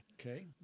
Okay